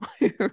right